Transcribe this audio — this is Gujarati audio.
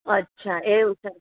અચ્છા એવું છે